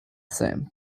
same